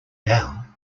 down